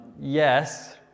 Yes